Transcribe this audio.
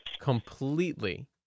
completely